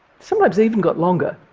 sometimes they even got longer.